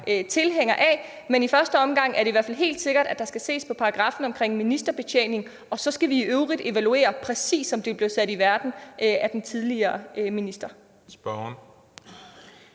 tilhænger af. Men i første omgang er det i hvert fald helt sikkert, at der skal ses på paragraffen omkring ministerbetjening. Og så skal vi i øvrigt evaluere, præcis som det blev bestemt, da det blev sat i verden af den tidligere minister. Kl.